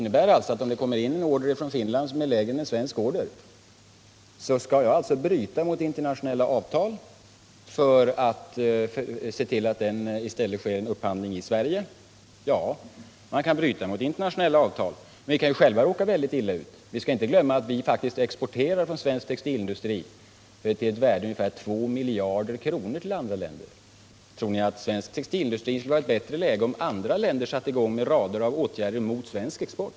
Om ett anbud som är lägre än motsvarande svenska kommer in från Finland, måste vi bryta mot internationella avtal för att en upphandling skall kunna ske i Sverige. Ja, vi kan bryta mot internationella avtal, men därigenom kan vi själva råka mycket illa ut. Vi skall inte glömma att svensk textilindustri exporterar till ett värde av 2 miljarder kronor till andra länder. Tror ni att svensk textilindustri skulle befinna sig i ett bättre läge, om andra länder satte i gång med rader av åtgärder mot svensk export?